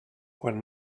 quan